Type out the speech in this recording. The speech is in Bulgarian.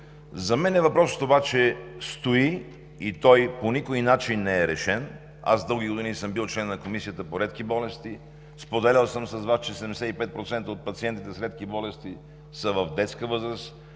За мен обаче въпросът стои и той по никой начин не е решен. Аз дълги години съм бил член на Комисията по редки болести, споделял съм с Вас, че 75% от пациентите с редки болести са в детска възраст,